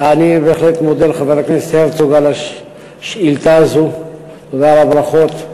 אני בהחלט מודה לחבר הכנסת הרצוג על השאילתה הזאת ועל הברכות.